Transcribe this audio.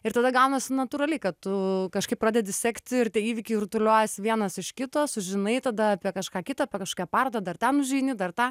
ir tada gaunasi natūraliai kad tu kažkaip pradedi sekti ir tie įvykiai rutuliojasi vienas iš kito sužinai tada apie kažką kitą apie kažkokią parodą dar ten užeini dar tą